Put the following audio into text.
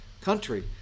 country